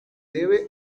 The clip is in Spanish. debe